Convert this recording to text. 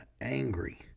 angry